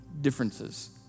differences